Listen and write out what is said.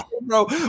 Bro